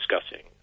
discussing